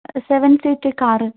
seven seat car